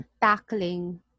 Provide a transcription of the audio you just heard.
tackling